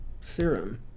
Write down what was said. Serum